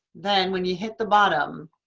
then when you hit the bottom